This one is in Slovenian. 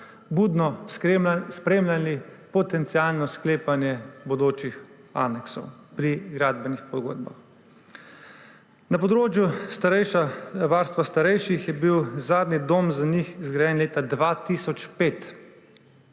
budno spremljali potencialno sklepanje bodočih aneksov pri gradbenih pogodbah. Na področju varstva starejših je bil zadnji dom za njih zgrajen leta 2005.